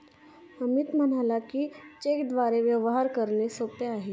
अमित म्हणाला की, चेकद्वारे व्यवहार करणे सोपे आहे